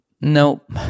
nope